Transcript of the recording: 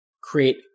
create